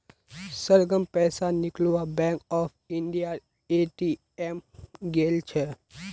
सरगम पैसा निकलवा बैंक ऑफ इंडियार ए.टी.एम गेल छ